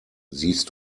siehst